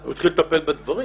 הוא התחיל לטפל בדברים.